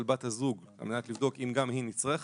בת הזוג על מנת לבדוק אם גם היא נצרכת,